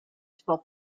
sport